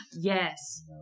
Yes